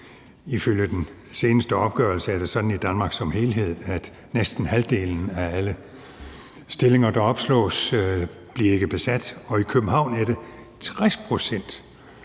Ifølge den seneste opgørelse er det sådan i Danmark som helhed, at næsten halvdelen af alle stillinger, der opslås, ikke bliver besat, og i København er det 60 pct.